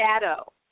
shadow